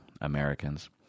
Americans